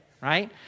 right